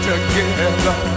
Together